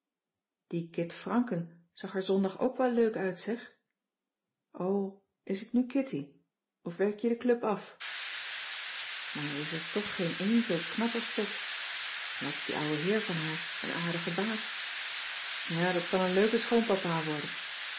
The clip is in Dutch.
die kit franken zag er zondag ook wel leuk uit zeg o is t nu kitty of werk je de club af maar er is toch geen een zoo knap als pop en wat is die ouwe heer van haar een aardige baas ja dat kan een leuke schoonpapa worden